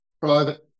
private